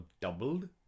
doubled